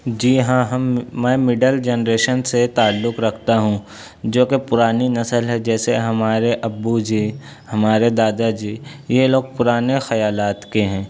جی ہاں ہم میں مڈل جنریشن سے تعلق رکھتا ہوں جوکہ پرانی نسل ہے جیسے ہمارے ابو جی ہمارے دادا جی یہ لوگ پرانے خیالات کے ہیں